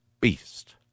Beast